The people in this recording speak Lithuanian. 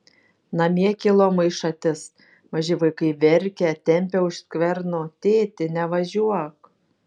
namie kilo maišatis maži vaikai verkia tempia už skverno tėti nevažiuok